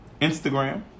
Instagram